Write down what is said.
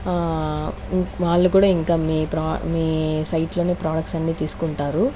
ఇం వాళ్లు కూడా ఇంకా మీ ప్రో మీ సైట్స్ లోనే ప్రొడక్ట్స్ అన్ని తీసుకుంటారు